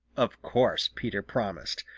of course peter promised,